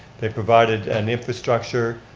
they provided an infrastructure,